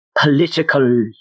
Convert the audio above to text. political